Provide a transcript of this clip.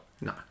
No